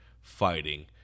fighting